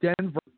Denver